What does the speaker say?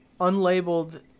unlabeled